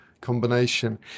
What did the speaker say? combination